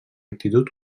actitud